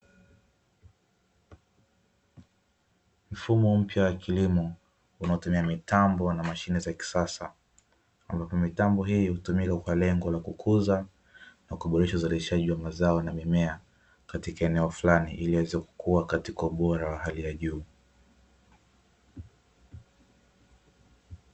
Mfumo mpya wa kilimo unaotumia mitambo na mashine za kisasa ambapo mitambo hii hutumika kwa lengo la kukuza na kuboresha uzalishaji wa mazao na mimea katika eneo fulani ili iweze kukua katika ubora wa hali ya juu.